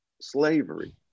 slavery